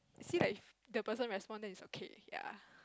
see that if the person respond then is okay ya